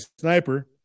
sniper